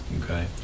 okay